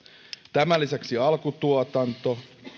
tämän lisäksi alkutuotanto